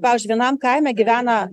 pavyzdžiui vienam kaime gyvena